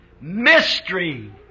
Mystery